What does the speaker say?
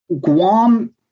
Guam